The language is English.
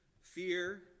fear